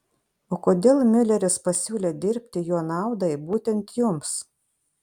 o kodėl miuleris pasiūlė dirbti jo naudai būtent jums